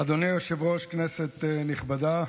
אדוני היושב-ראש, כנסת נכבדה,